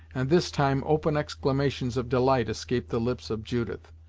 and this time open exclamations of delight escaped the lips of judith.